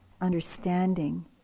understanding